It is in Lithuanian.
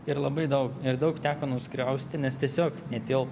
ir labai daug ir daug teko nuskriausti nes tiesiog netilpo